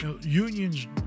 Unions